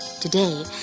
Today